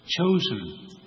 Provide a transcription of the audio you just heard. Chosen